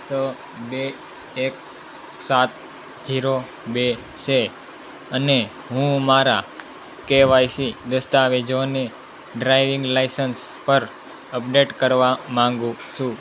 છ બે એક સાત જીરો બે છે અને હું મારા કેવાયસી દસ્તાવેજોને ડ્રાઇવિંગ લાયસન્સ પર અપડેટ કરવા માગું છું